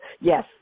yes